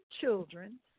children